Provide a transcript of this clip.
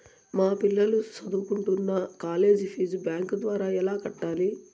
మా పిల్లలు సదువుకుంటున్న కాలేజీ ఫీజు బ్యాంకు ద్వారా ఎలా కట్టాలి?